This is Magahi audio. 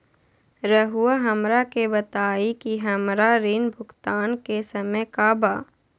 रहुआ हमरा के बताइं कि हमरा ऋण भुगतान के समय का बा?